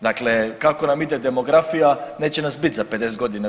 Dakle kako nam ide demografija neće nas biti za 50 godina.